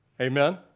Amen